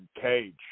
cage